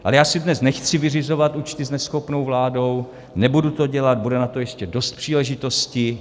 Ale já si dnes nechci vyřizovat účty s neschopnou vládou, nebudu to dělat, bude na to ještě dost příležitostí.